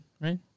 right